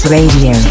Radio